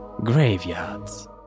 graveyards